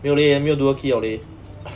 没有 leh 没有 dual key liao leh